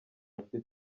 ufite